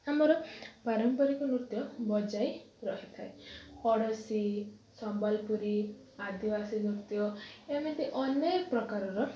ଆମର ପାରମ୍ପରିକ ନୃତ୍ୟ ବଜାଇ ରହିଥାଏ ଓଡ଼ଶୀ ସମ୍ବଲପୁରୀ ଆଦିବାସୀ ନୃତ୍ୟ ଏମିତି ଅନେକ ପ୍ରକାରର